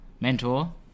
Mentor